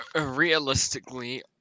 realistically